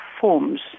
forms